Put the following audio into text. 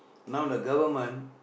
now the Government